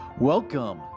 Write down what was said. welcome